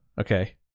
Okay